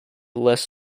less